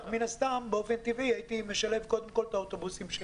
מן הסתם באופן טבעי הייתי משלב קודם כל את האוטובוסים שלי.